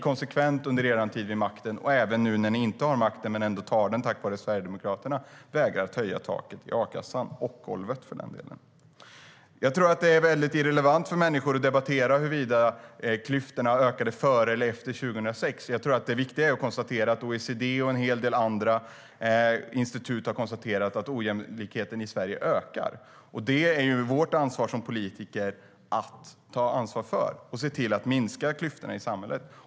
Konsekvent under er tid vid makten och även nu när ni inte har makten, men ni har ändå tagit igen den tack vare Sverigedemokraterna, vägrar ni att höja taket och golvet i a-kassan. Det är nog irrelevant för människor att debattera huruvida klyftorna ökade före eller efter 2006. Det viktiga är att konstatera att OECD och en hel del andra institut har konstaterat att ojämlikheten i Sverige ökar. Det är vårt ansvar som politiker att se till att minska klyftorna i samhället.